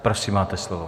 Prosím, máte slovo.